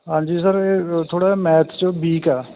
ਹਾਂਜੀ ਸਰ ਇਹ ਥੋੜ੍ਹਾ ਜਿਹਾ ਮੈਥ 'ਚ ਵੀਕ ਆ